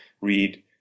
read